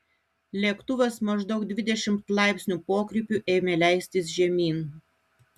lėktuvas maždaug dvidešimt laipsnių pokrypiu ėmė leistis žemyn